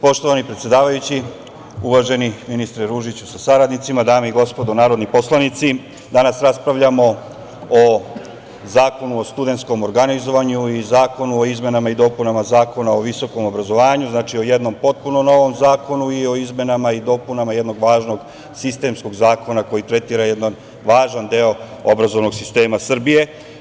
Poštovani predsedavajući, uvaženi ministre Ružiću sa saradnicima, dame i gospodo narodni poslanici, danas raspravljamo o zakonu o studentskom organizovanju i zakonu o izmenama i dopunama Zakona o visokom obrazovanju, znači, o jednom potpuno novom zakonu i o izmenama i dopunama jednog važnog sistemskog zakona koji tretira jedan važan deo obrazovnog sistema Srbije.